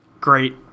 Great